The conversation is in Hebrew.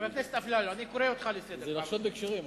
זה לחשוד בכשרים.